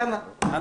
יאללה.